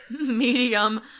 medium